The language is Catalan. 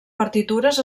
partitures